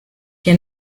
que